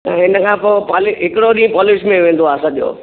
त हिन खां पोइ पॉल हिकिड़ो ॾींहुं पॉलिश में वेंदो आहे सॼो